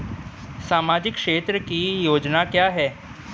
सामाजिक क्षेत्र की योजना क्या है?